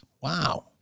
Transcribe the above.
Wow